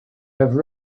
have